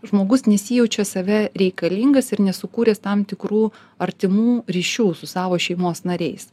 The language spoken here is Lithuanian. žmogus nesijaučia save reikalingas ir nesukūręs tam tikrų artimų ryšių su savo šeimos nariais